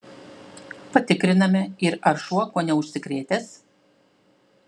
patikriname ir ar šuo kuo neužsikrėtęs